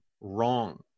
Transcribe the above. wrong